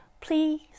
please